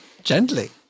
Gently